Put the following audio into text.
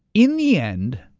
in the end,